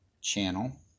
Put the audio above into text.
channel